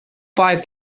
fight